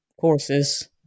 courses